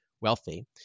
Wealthy